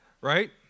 Right